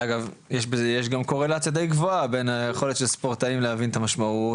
יש גם קורלציה די גבוהה בין היכולת של ספורטאים להבין את המשמעות,